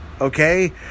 Okay